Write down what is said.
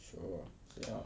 sure say lah